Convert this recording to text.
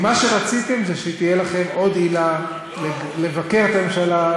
כי מה שרציתם זה שתהיה לכם עוד עילה לבקר את הממשלה,